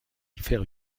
faire